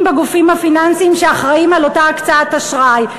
בגופים הפיננסיים שאחראים לאותה הקצאת אשראי,